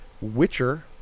Witcher